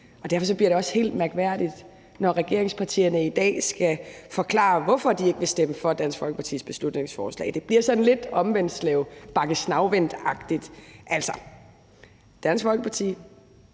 Derfor bliver det også helt mærkværdigt, når regeringspartierne i dag skal forklare, hvorfor de ikke vil stemme for Dansk Folkepartis beslutningsforslag. Det bliver sådan lidt omvendtslev- og bakke snavvendt-agtigt. Dansk Folkeparti